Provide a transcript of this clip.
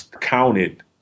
counted